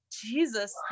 Jesus